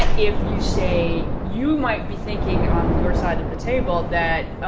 if you say, you might be thinking on your side of the table that,